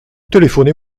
téléphonez